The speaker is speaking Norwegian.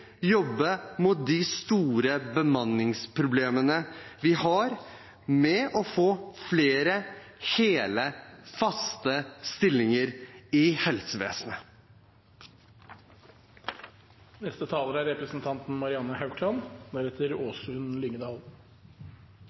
jobbe mot de store bemanningsproblemene vi har med å få flere hele, faste stillinger i